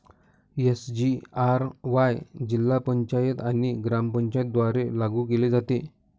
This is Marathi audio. एस.जी.आर.वाय जिल्हा पंचायत आणि ग्रामपंचायतींद्वारे लागू केले जाते